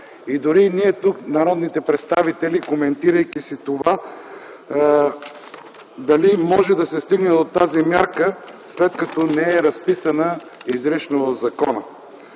И дори ние тук, народните представители, коментираме това, дали може да се стигне до тази мярка след като не е разписана изрично в закона.